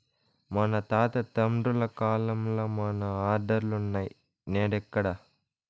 మా తాత తండ్రుల కాలంల మన ఆర్డర్లులున్నై, నేడెక్కడ